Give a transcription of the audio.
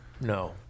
No